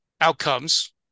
outcomes